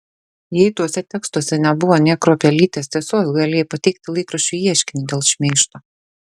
jei tuose tekstuose nebuvo nė kruopelytės tiesos galėjai pateikti laikraščiui ieškinį dėl šmeižto